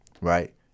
right